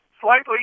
slightly